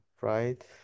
right